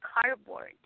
cardboard